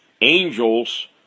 angels